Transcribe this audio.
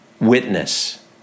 witness